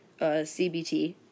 CBT